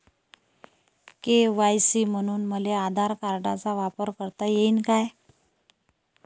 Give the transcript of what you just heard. KYC म्हनून मले आधार कार्डाचा वापर करता येईन का?